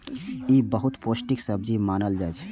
ई बहुत पौष्टिक सब्जी मानल जाइ छै